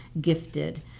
gifted